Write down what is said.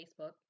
Facebook